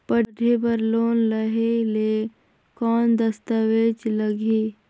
पढ़े बर लोन लहे ले कौन दस्तावेज लगही?